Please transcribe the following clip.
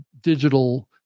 digital